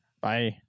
Bye